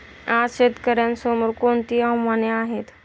आज शेतकऱ्यांसमोर कोणती आव्हाने आहेत?